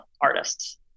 artists